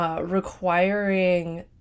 Requiring